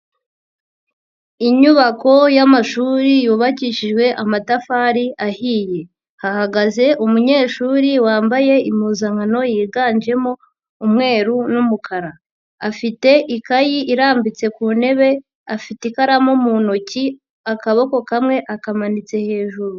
Inyubako y'amashuri yubakishijwe amatafari ahiye, hahagaze umunyeshuri wambaye impuzankano yiganjemo umweru n'umukara, afite ikayi irambitse ku ntebe, afite ikaramu mu ntoki, akaboko kamwe akamanitse hejuru.